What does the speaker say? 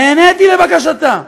נעניתי לבקשתה,